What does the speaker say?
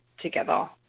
together